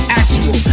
actual